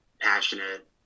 passionate